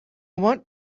want